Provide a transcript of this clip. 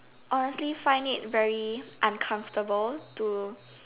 honestly find it very uncomfortable to